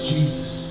Jesus